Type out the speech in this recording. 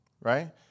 right